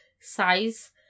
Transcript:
size